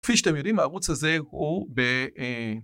כפי שאתם יודעים הערוץ הזה הוא ב...